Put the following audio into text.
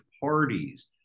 parties